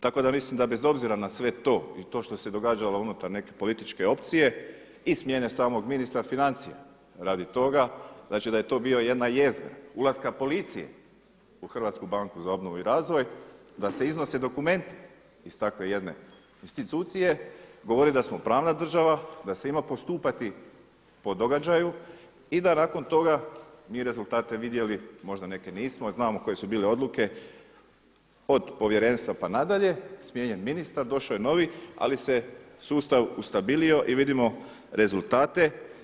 Tako da mislim da bez obzira na sve to i to što se događalo unutar neke političke opcije i smjene samog ministra financija radi toga znači da je to bila jedna jezgra ulaska policije u HBOR da se iznose dokumenti iz takve jedne institucije govori da smo pravna država, da se ima postupati po događaju i da nakon toga mi rezultate vidjeli možda neke nismo, jer znamo koje su bile odluke od povjerenstva pa nadalje, smijenjen ministar, došao je novi ali se sustav ustabilio i vidimo rezultate.